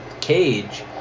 cage